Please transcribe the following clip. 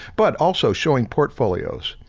but also showing portfolios,